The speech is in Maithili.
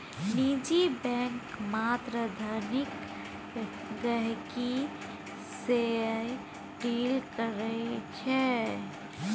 निजी बैंक मात्र धनिक गहिंकी सँ डील करै छै